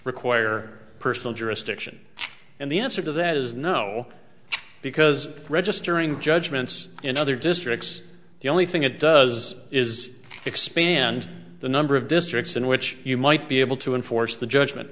require personal jurisdiction and the answer to that is no because registering judgements in other districts the only thing it does is expand the number of districts in which you might be able to enforce the judgment